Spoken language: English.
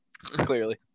clearly